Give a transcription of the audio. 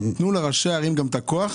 תנו לראשי הערים את הכוח,